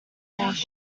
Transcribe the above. all